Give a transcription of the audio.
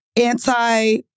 anti-